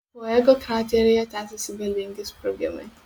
fuego krateryje tęsiasi galingi sprogimai